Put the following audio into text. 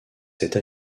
cette